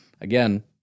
Again